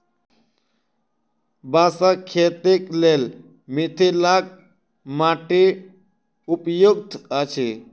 बाँसक खेतीक लेल मिथिलाक माटि उपयुक्त अछि